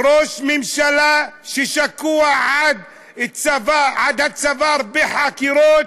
"ראש ממשלה ששקוע עד הצוואר בחקירות,